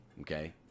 Okay